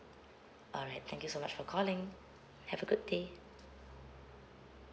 alright thank you so much for calling have a good day